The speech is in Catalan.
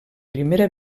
primera